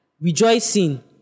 rejoicing